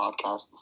podcast